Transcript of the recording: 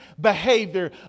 behavior